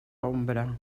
ombra